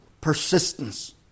persistence